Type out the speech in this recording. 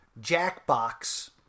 Jackbox